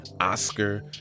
Oscar